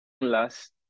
last